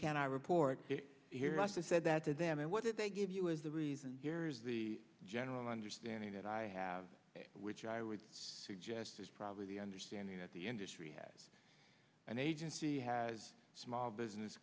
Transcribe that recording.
i report here i said that to them and what did they give you as a reason here is the general understanding that i have which i i suggest is probably the understanding that the industry has an agency has small business